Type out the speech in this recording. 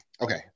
okay